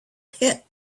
pit